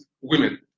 women